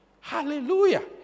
Hallelujah